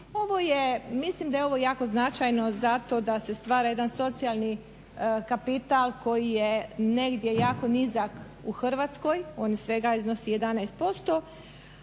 mislim da je ovo jako značajno zato da se stvara jedan socijalni kapital koji je negdje jako nizak u Hrvatskoj, on svega iznosi 11%,